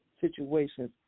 situations